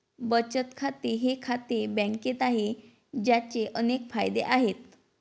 बचत खाते हे खाते बँकेत आहे, ज्याचे अनेक फायदे आहेत